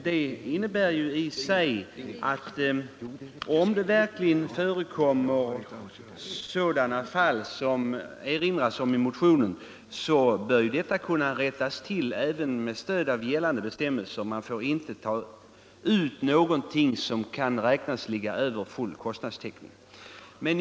Det innebär att om det förhåller sig så som motionärerna påstår i motionen, bör detta kunna rättas till även med stöd av gällande bestämmelser. Lantbruksnämnderna får inte ta ut någonting utöver full kostnadstäckning.